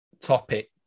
topic